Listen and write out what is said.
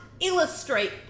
Illustrate